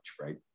right